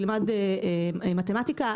ילמד מתמטיקה,